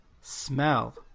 Smell